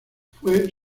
fue